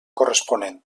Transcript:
corresponent